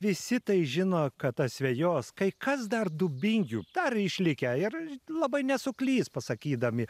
visi tai žino kad asvejos kai kas dar dubingių dar išlikę ir labai nesuklys pasakydami